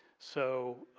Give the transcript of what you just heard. so,